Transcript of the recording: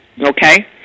okay